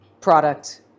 product